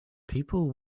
people